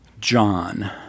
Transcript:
John